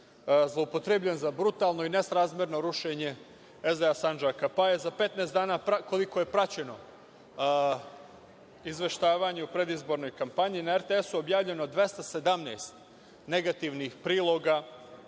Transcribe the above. zloupotrebljen za brutalno i nesrazmerno rušenje SDA Sandžaka, pa je za 15 dana, koliko je praćeno izveštavanje u predizbornoj kampanji, na RTS-u objavljeno 217 negativnih priloga